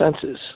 senses